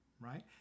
right